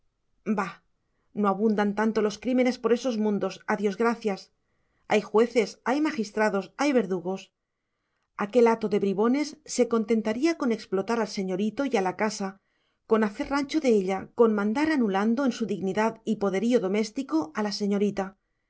bah no abundan tanto los crímenes por esos mundos a dios gracias hay jueces hay magistrados hay verdugos aquel hato de bribones se contentaría con explotar al señorito y a la casa con hacer rancho de ella con mandar anulando en su dignidad y poderío doméstico a la señorita